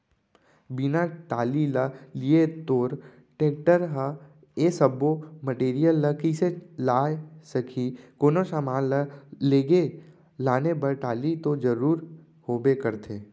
बिना टाली ल लिये तोर टेक्टर ह ए सब्बो मटेरियल ल कइसे लाय सकही, कोनो समान ल लेगे लाने बर टाली तो जरुरी होबे करथे